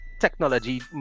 technology